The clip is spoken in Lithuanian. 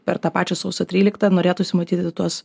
per tą pačią sausio tryliktą norėtųsi matyti tuos